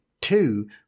Two